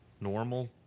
normal